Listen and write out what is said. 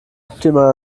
optimal